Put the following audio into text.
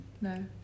No